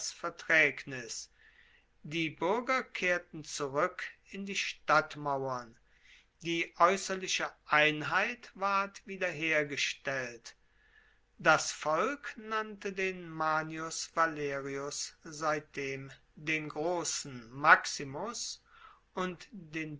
das vertraegnis die buerger kehrten zurueck in die stadtmauern die aeusserliche einheit ward wiederhergestellt das volk nannte den manius valerius seitdem den grossen maximus und den